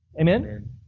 Amen